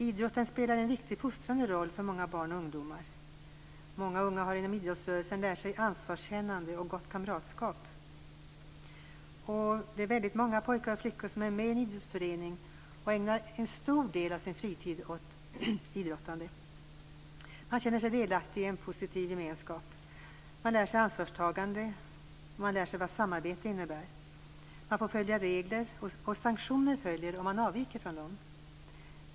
Idrotten spelar en viktig fostrande roll för många barn och ungdomar. Många unga har inom idrottsrörelsen lärt sig ansvarskännande och gott kamratskap. Det är många pojkar och flickor som är med i en idrottsförening och ägnar en stor del av sin fritid åt idrottande. Man känner sig delaktig i en positiv gemenskap. Man lär sig vad ansvarstagande och vad samarbete innebär. Man får följa regler, och sanktioner följer om man avviker från dem.